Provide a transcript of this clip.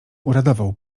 uradował